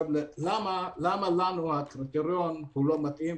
למה לנו הפתרון לא מתאים?